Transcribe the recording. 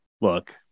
Look